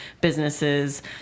businesses